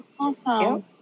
awesome